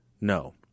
No